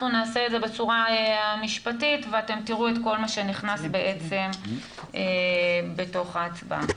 נעשה את זה בצורה המשפטית ואתם תראו את כל מה שנכנס בעצם בתוך ההצבעה.